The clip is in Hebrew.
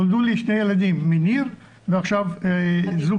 נולדו לי שני נכדים מניר ועכשיו זוג